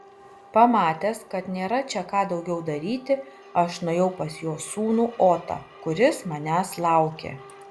pamatęs kad nėra čia ką daugiau daryti aš nuėjau pas jo sūnų otą kuris manęs laukė